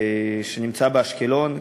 שנמצא באשקלון.